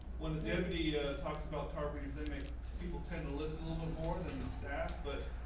when the devotee talks about tarpeian thing that people tend to listen a little bit more than the staff. but